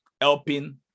helping